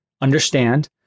understand